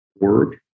work